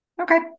Okay